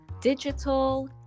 digital